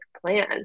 plan